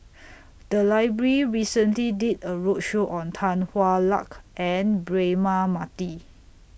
The Library recently did A roadshow on Tan Hwa Luck and Braema Mathi